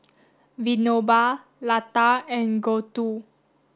Vinoba Lata and Gouthu